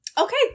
Okay